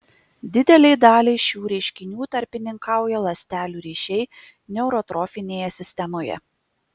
didelei daliai šių reiškinių tarpininkauja ląstelių ryšiai neurotrofinėje sistemoje